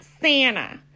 Santa